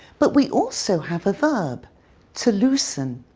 but we also have a verb to loosen.